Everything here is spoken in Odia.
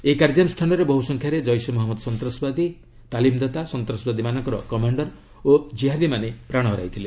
ଏହି କାର୍ଯ୍ୟାନୁଷ୍ଠାନରେ ବହୁସଂଖ୍ୟାରେ କ୍କେସେ ମହମ୍ମଦ ସନ୍ତାସବାଦୀ ତାଲିମଦାତା ସନ୍ତାସବାଦୀ ମାନଙ୍କର କମାଣ୍ଡର ଓ ଜିହାଦିମାନେ ପ୍ରାଣ ହରାଇଥିଲେ